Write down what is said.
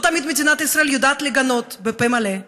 לא תמיד מדינת ישראל יודעת לגנות בפה מלא,